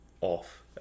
off